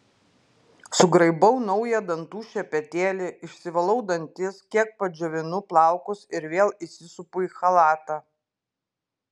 sugraibau naują dantų šepetėlį išsivalau dantis kiek padžiovinu plaukus ir vėl įsisupu į chalatą